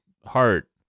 heart